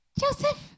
Joseph